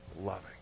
loving